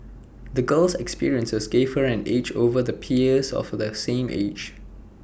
the girl's experiences gave her an edge over her peers of the same age